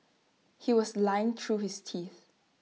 he was lying through his teeth